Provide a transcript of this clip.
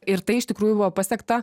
ir tai iš tikrųjų buvo pasiekta